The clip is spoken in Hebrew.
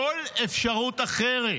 כל אפשרות אחרת